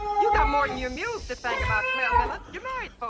you got more than your mules to think about, clell miller. you're married